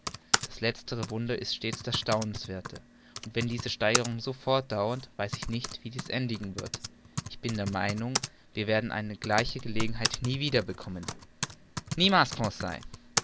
das letztere wunder ist stets das staunenswerthere und wenn diese steigerung so fortdauert weiß ich nicht wie dies endigen wird ich bin der meinung wir werden eine gleiche gelegenheit nie wieder bekommen niemals